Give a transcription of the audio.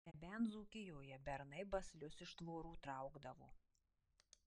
nebent dzūkijoje bernai baslius iš tvorų traukdavo